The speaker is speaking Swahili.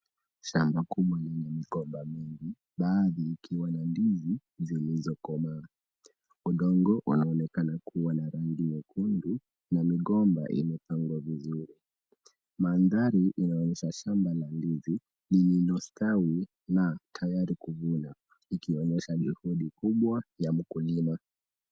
Shamba kubwa lina migomba mingi, baadhi ikiwa ni ndizi zilizokomaa. Udongo unaonekana kuwa na rangi nyekundu na migomba imepangwa vizuri. Mandhari inaonyesha shamba la ndizi lililostawi na tayari kuvunwa, ikionyesha juhudi kubwa ya mkulima.